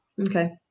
Okay